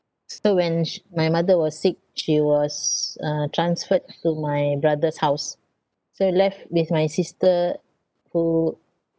so when sh~ my mother was sick she was uh transferred to my brother's house so he left with my sister who